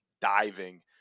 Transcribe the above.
diving